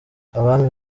abami